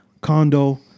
condo